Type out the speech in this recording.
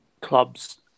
clubs